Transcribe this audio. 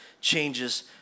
changes